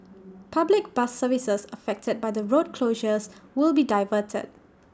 public bus services affected by the road closures will be diverted